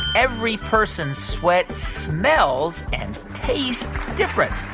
every person's sweat smells and tastes different?